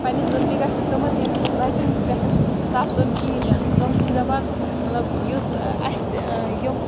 پنٛنہِ زٕ تہِ گَژھِ تِمَن ہِنٛدۍ چھِ بَچَن پٮ۪ٹھ سَپدُن کِہیٖنۍ تہِ نہٕ تِم چھِ دَپان مطلب یُس اَسہِ یِم